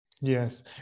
Yes